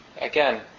again